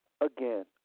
again